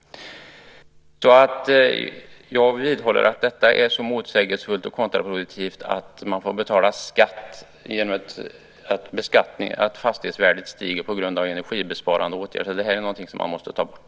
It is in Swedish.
Jag vidhåller att det är motsägelsefullt och kontraproduktivt att man får betala skatt eftersom fastighetsvärdet stiger på grund av enrgibesparande åtgärder. Det här är någonting som man måste ta bort.